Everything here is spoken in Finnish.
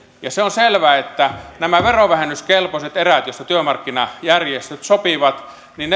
se on selvää että nämä verovähennyskelpoiset erät joista työmarkkinajärjestöt sopivat